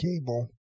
cable